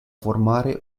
formare